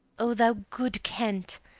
o thou good kent,